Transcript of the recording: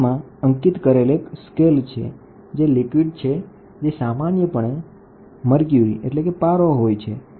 તેમાં અંકિત કરેલ એક સ્કેલ છે અને લિક્વિડ છે જે સામાન્યપણે મર્ક્યુરી હોય છે અને એક આધાર રેખા છે અને બલ્બ છે